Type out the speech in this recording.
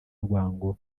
rwango